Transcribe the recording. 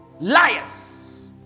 Liars